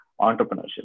entrepreneurship